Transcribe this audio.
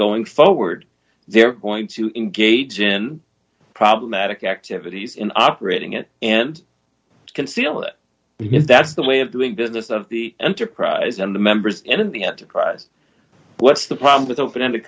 going forward they're going to engage in problematic activities in operating it and conceal it that's the way of doing business of the enterprise and the members in the enterprise what's the problem with open ended